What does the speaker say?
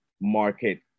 market